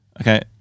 Okay